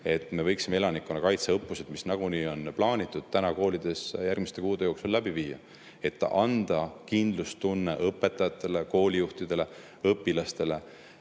et me võiksime elanikkonnakaitse õppused, mis nagunii on plaanitud [teha] koolides järgmiste kuude jooksul, läbi viia, et anda kindlustunne õpetajatele, koolijuhtidele ja õpilastele,